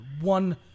one